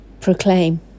Proclaim